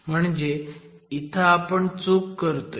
म्हणजे इथं आपण चूक करतोय